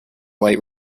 light